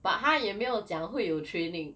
but 他也没有讲会有 training